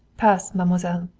pass, mademoiselle.